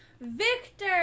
Victor